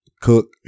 Cook